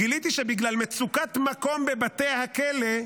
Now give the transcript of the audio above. גיליתי שבגלל מצוקת מקום בבתי הכלא,